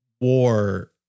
war